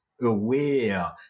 aware